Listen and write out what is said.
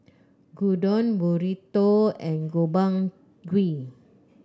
Gyudon Burrito and Gobchang Gui